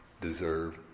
deserve